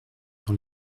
dans